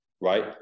right